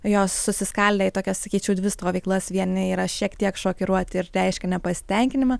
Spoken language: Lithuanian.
jos susiskaldė į tokias sakyčiau dvi stovyklas vieni yra šiek tiek šokiruoti ir reiškia nepasitenkinimą